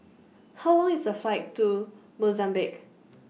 How Long IS The Flight to Mozambique